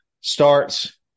starts